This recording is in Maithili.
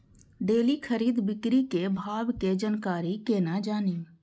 डेली खरीद बिक्री के भाव के जानकारी केना जानी?